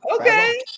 Okay